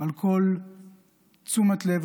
על כל תשומת לב,